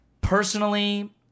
Personally